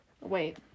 Wait